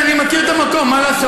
כן, אני מכיר את המקום, מה לעשות?